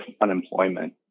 unemployment